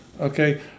Okay